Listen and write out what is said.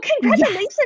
congratulations